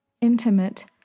Intimate